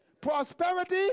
Prosperity